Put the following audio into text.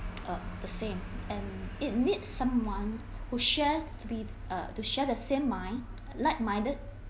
uh the same and it needs someone who shares to be uh to share the same mind like minded